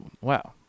wow